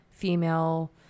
female